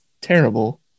terrible